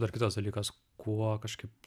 dar kitas dalykas buvo kažkaip